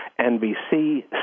nbc